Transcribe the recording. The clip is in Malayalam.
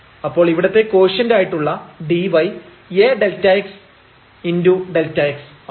അപ്പോൾ ഇവിടത്തെ കോഷ്യന്റ് ആയിട്ടുള്ള dy A Δx Δx ആണ്